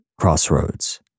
crossroads